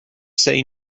say